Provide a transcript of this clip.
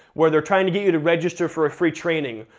where they're trying to get you to register for a free training,